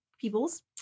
peoples